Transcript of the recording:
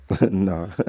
No